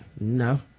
No